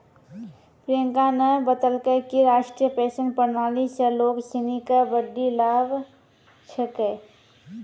प्रियंका न बतेलकै कि राष्ट्रीय पेंशन प्रणाली स लोग सिनी के बड्डी लाभ छेकै